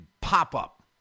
pop-up